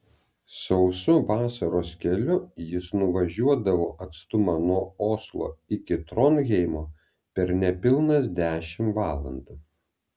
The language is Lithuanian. sausu vasaros keliu jis nuvažiuodavo atstumą nuo oslo iki tronheimo per nepilnas dešimt valandų